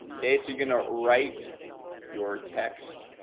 okay, so you're gonna write your text